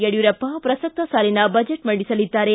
ಯಡಿಯೂರಪ್ಪ ಪ್ರಸಕ್ತ ಸಾಲಿನ ಬಜೆಟ್ ಮಂಡಿಸಲಿದ್ದಾರೆ